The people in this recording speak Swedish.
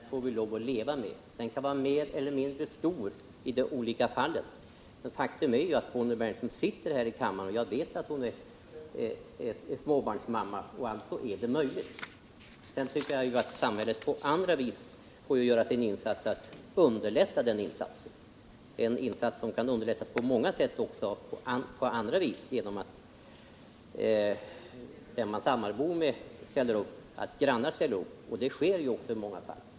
Herr talman! Ja men, Bonnie Bernström, den här konflikten får vi lov att leva med. Den kan vara mer eller mindre stor i de olika fallen. Faktum är ju att Bonnie Bernström sitter här i kammaren. Jag vet att hon är småbarnsmamma. Alltså är det redan möjligt för småbarnsföräldrar att fullgöra ett riksdagsuppdrag. Sedan tycker jag att samhället får göra sitt för att underlätta sådana insatser — som också kan underlättas på många andra sätt, exempelvis genom att den man sammanbor med ställer upp, genom att grannar ställer upp, osv. Det sker faktiskt i många fall.